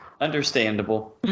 Understandable